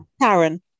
Karen